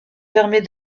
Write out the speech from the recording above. permet